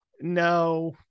No